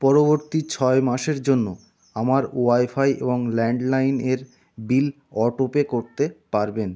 পরবর্তী ছয় মাসের জন্য আমার ওয়াইফাই এবং ল্যান্ডলাইনের বিল অটোপে করতে পারবেন